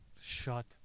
shut